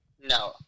No